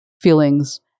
feelings